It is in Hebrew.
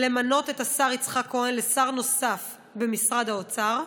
למנות את השר יצחק כהן לשר נוסף במשרד האוצר,